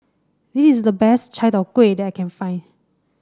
this is the best Chai Tow Kuay that I can find